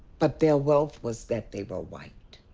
but their wealth was that they were white.